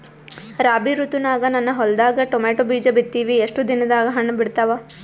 ರಾಬಿ ಋತುನಾಗ ನನ್ನ ಹೊಲದಾಗ ಟೊಮೇಟೊ ಬೀಜ ಬಿತ್ತಿವಿ, ಎಷ್ಟು ದಿನದಾಗ ಹಣ್ಣ ಬಿಡ್ತಾವ?